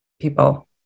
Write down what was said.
people